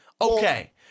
Okay